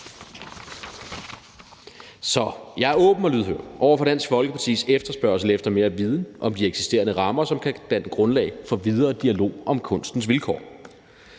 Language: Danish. Så jeg er åben og lydhør over for Dansk Folkepartis efterspørgsel efter mere viden om de eksisterende rammer, som kan danne grundlag for videre dialog om kunstens vilkår.